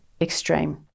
extreme